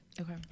Okay